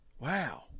Wow